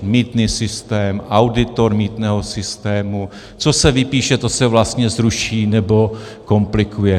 Mýtný systém, auditor mýtného systému, co se vypíše, to se vlastně zruší, nebo komplikuje.